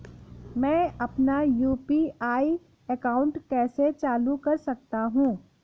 मैं अपना UPI account कैसे चालू कर सकता हूँ?